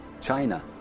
China